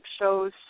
shows